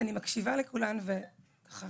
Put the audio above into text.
אני מקשיבה לכולן ככה